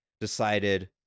decided